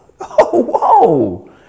whoa